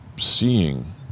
seeing